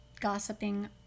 gossiping